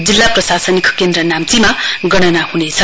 जिल्ला प्रशासनिक केन्द्र नाम्चीमा गणना हुनेछ